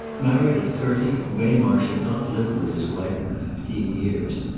married at thirty, waymarsh had not lived with his wife for fifteen years,